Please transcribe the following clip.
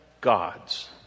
God's